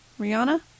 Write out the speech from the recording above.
Rihanna